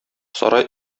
сарай